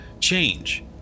change